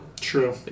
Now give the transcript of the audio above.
True